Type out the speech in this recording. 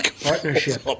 partnership